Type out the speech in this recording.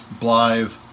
Blythe